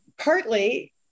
partly